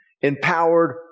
empowered